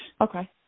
Okay